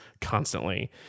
constantly